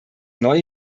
neue